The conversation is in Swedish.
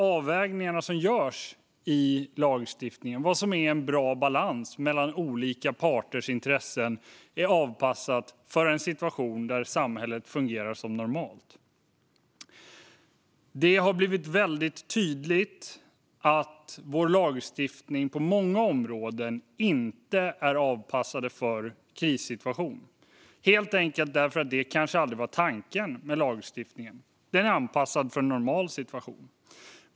Avvägningarna i lagstiftningen, om balansen mellan olika parters intressen, är med andra ord avpassade för en situation då samhället fungerar som normalt. Det har blivit väldigt tydligt på många områden att vår lagstiftning inte är avpassad för en krissituation, helt enkelt på grund av att det kanske aldrig var tanken med lagstiftningen. Den är anpassad för en normal situation.